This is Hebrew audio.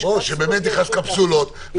יש קפסולות.